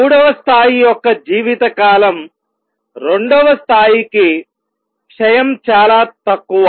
3 వ స్థాయి యొక్క జీవితకాలం 2 వ స్థాయి కి క్షయం చాలా తక్కువ